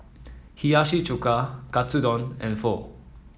Hiyashi Chuka Katsudon and Pho